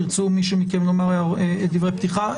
מישהו מכם ירצה לומר דברי פתיחה?